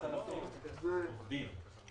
עובדים.